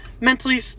mentally